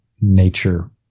nature